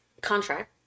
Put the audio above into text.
contract